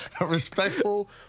respectful